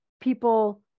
people